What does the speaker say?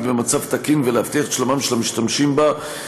במצב תקין ולהבטיח את שלומם של המשתמשים בה.